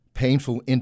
painful